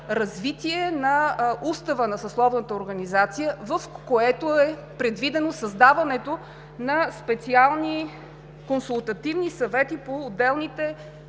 на Устава на Съсловната организация, в което е предвидено създаването на специални консултативни съвети по отделните